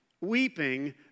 weeping